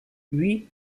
oui